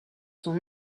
sont